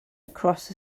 across